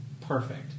perfect